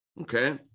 okay